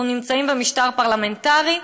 אנחנו נמצאים במשטר פרלמנטרי.